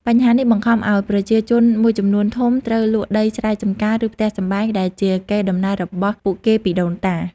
បញ្ហានេះបង្ខំឲ្យប្រជាជនមួយចំនួនធំត្រូវ លក់ដីស្រែចម្ការ ឬផ្ទះសម្បែង ដែលជាកេរ្តិ៍ដំណែលរបស់ពួកគេពីដូនតា។